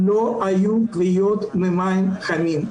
לא היו כוויות ממים חמים.